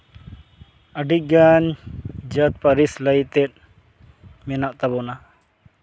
ᱟᱹᱰᱤᱜᱟᱱ ᱡᱟᱹᱛ ᱯᱟᱹᱨᱤᱥ ᱞᱟᱹᱭᱛᱮ ᱢᱮᱱᱟᱜ ᱛᱟᱵᱚᱱᱟ